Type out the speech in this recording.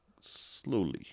slowly